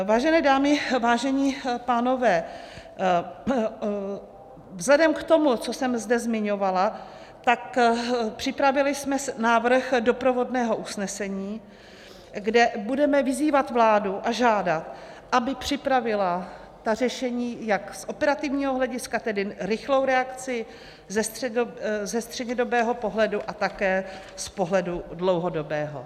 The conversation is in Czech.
Vážené dámy, vážení pánové, vzhledem k tomu, co jsem zde zmiňovala, připravili jsme návrh doprovodného usnesení, kde budeme vyzývat vládu a žádat, aby připravila ta řešení jak z operativního hlediska, tedy rychlou reakci, ze střednědobého pohledu a také z pohledu dlouhodobého.